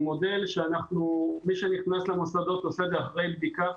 זה מודל שבו מי שנכנס למוסדות עושה זאת אחרי בדיקה,